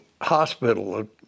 hospital